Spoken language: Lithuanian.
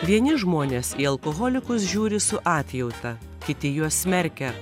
vieni žmonės į alkoholikus žiūri su atjauta kiti juos smerkia